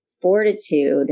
fortitude